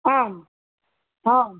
ஆமா ஆமா